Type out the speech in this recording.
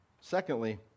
Secondly